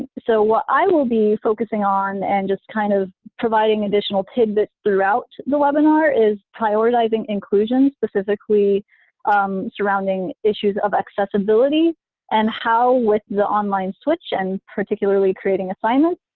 so, what i will be focusing on and just kind of providing additional tidbits throughout the webinar is prioritizing inclusion, specifically surrounding issues of accessibility and how with the online switch, and particularly creating assignments,